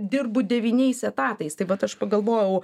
dirbu devyniais etatais tai vat aš pagalvojau